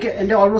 and